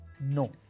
no